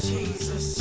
Jesus